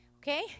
Okay